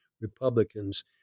Republicans